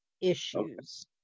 issues